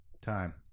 time